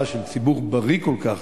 ציבור בריא כל כך,